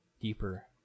deeper